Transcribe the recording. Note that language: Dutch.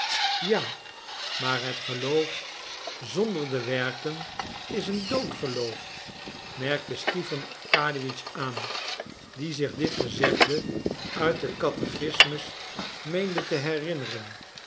ja maar het geloof zonder de werken is een dood geloof merkte stipan arkadiewitsch aan die zich dit gezegde uit den catechismus meende te herinneren